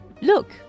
look